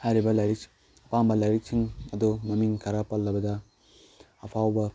ꯍꯥꯏꯔꯤꯕ ꯂꯥꯏꯔꯤꯛ ꯑꯄꯥꯝꯕ ꯂꯥꯏꯔꯤꯛꯁꯤꯡ ꯑꯗꯨ ꯃꯃꯤꯡ ꯈꯔ ꯄꯜꯂꯕꯗ ꯑꯐꯥꯎꯕ